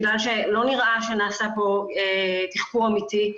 בגלל שלא נראה שנעשה פה תחקור אמיתי,